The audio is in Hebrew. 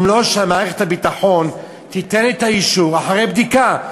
אם לא שמערכת הביטחון תיתן את האישור אחרי בדיקה?